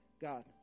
God